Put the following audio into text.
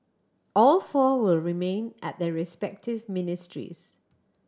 all four will remain at their respective ministries